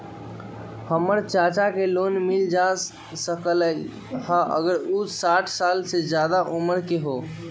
हमर चाचा के लोन मिल जा सकलई ह अगर उ साठ साल से जादे उमर के हों?